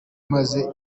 maze